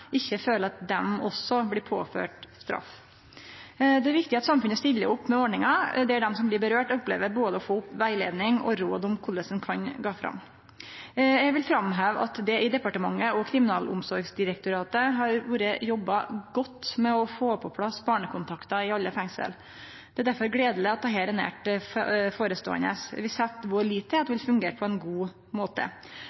ikkje føler at dei òg blir påførte straff. Det er viktig at samfunnet stiller opp med ordningar, slik at dei det gjeld, opplever å få både rettleiing og råd om korleis dei kan gå fram. Eg vil framheve at det i departementet og Kriminalomsorgsdirektoratet har vore jobba godt med å få på plass barnekontaktar i alle fengsel. Det er derfor gledeleg at dette snart kjem. Vi set vår lit til at